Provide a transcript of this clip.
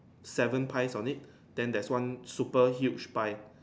seven pies on it then there's one super huge pie